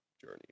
journey